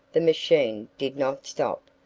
the machine did not stop,